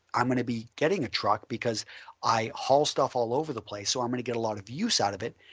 i am going to be getting a truck because i haul stuff all over the place, so i am going to get a lot of use out of it.